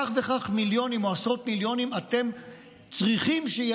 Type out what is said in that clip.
כך וכך מיליונים או עשרות מיליונים אתם צריכים שיהיו